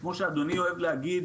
כמו שאדוני אוהב להגיד,